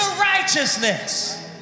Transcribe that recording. righteousness